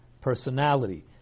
personality